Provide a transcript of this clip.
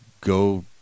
go